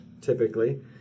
typically